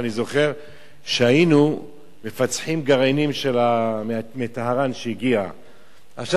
אני זוכר שהיינו מפצחים גרעינים שהגיעו מטהרן.